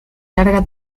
larga